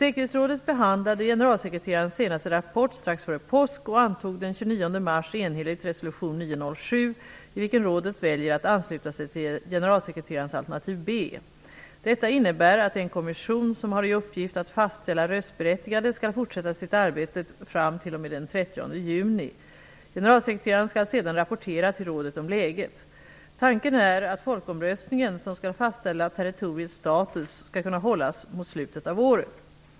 Säkerhetsrådet behandlade generalsekreterarens senaste rapport strax före påsk och antog den 29 Detta innebär att den kommission som har i uppgift att fastställa röstberättigande skall fortsätta sitt arbete fram t.o.m. den 30 juni. Generalsekreteraren skall sedan rapportera till rådet om läget. Tanken är att folkomröstningen, som skall fastställa territoriets status, skall kunna hållas mot slutet av året.